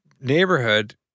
neighborhood